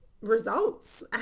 results